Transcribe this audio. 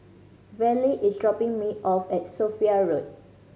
Verle is dropping me off at Sophia Road